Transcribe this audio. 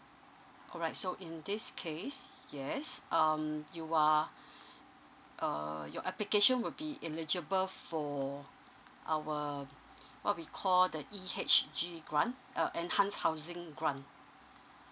alright so in this case yes um you are uh your application will be eligible for our what we call the E_H_G grant a enhance housing grant